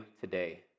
today